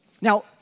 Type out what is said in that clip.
Now